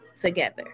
together